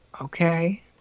okay